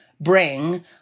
bring